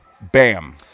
Bam